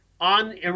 on